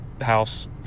house